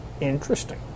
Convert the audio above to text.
Interesting